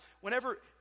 whenever